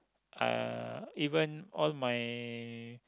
uh even all my